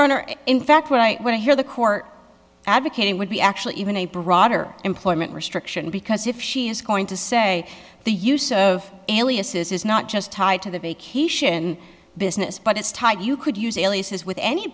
and in fact right what i hear the court advocating would be actually even a broader employment restriction because if she is going to say the use of aliases is not just tied to the vacation business but it's tied you could use